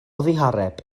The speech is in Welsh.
ddihareb